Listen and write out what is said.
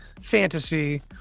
fantasy